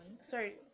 sorry